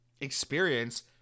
experience